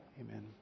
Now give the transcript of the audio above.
Amen